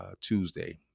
Tuesday